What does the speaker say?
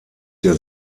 der